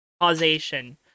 causation